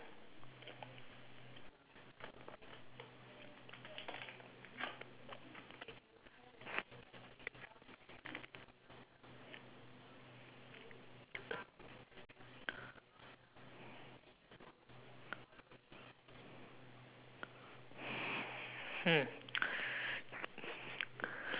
hmm